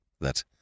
that